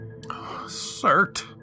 Cert